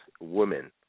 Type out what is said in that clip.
women